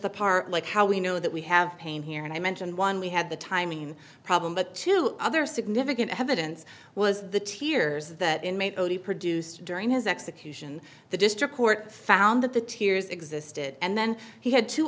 the part like how we know that we have pain here and i mentioned one we had the timing problem but two other significant evidence was the tears that inmate only produced during his execution and the district court found that the tears existed and then he had two